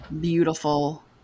beautiful